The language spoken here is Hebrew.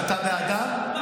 שאתה בעדם?